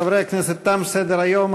חברי הכנסת, תם סדר-היום.